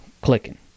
clicking